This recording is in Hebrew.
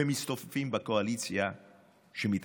ומצטופפים בקואליציה שמתרקמת.